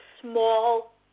small